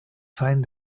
find